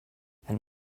and